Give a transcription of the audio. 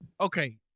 Okay